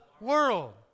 world